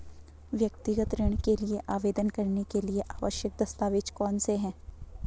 व्यक्तिगत ऋण के लिए आवेदन करने के लिए आवश्यक दस्तावेज़ कौनसे हैं?